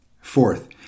Fourth